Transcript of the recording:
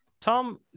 Tom